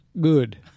good